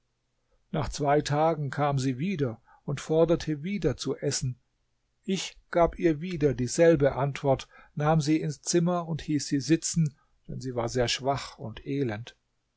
nach zwei tagen kam sie wieder und forderte wieder zu essen ich gab ihr wieder dieselbe antwort nahm sie ins zimmer und hieß sie sitzen denn sie war sehr schwach und elend